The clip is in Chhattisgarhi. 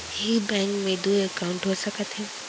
एक बैंक में दू एकाउंट हो सकत हे?